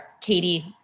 Katie